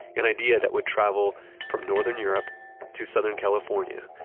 an idea that would travel from northern europe to southern california,